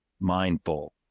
mindful